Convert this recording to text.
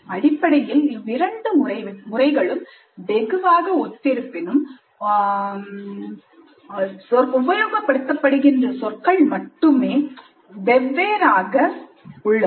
அடிப்படையில் இவ்விரண்டு முறைகளும் வெகுவாக ஒத்திருப்பினும் உபயோகப்படுத்தப்படுகின்ற சொற்கள் மட்டுமே வெவ்வேறாக உள்ளது